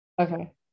Okay